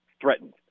threatened